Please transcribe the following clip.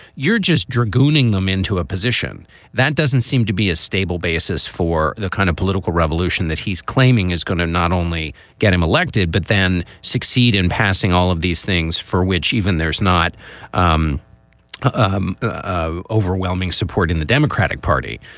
you're just dragoon ing them into a position that doesn't seem to be a stable basis for the kind of political revolution that he's claiming is going to not only get him elected, but then succeed in passing all of these things for which even there's not um um overwhelming support in the democratic party.